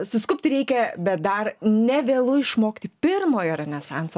suskubti reikia bet dar nevėlu išmokti pirmojo renesanso